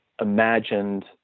imagined